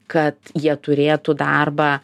kad jie turėtų darbą